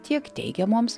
tiek teikiamoms